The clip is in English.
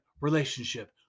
relationship